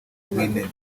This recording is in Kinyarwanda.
w’intebe